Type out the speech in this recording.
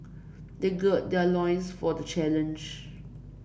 they gird their loins for the challenge